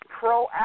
proactive